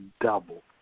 double